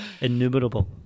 innumerable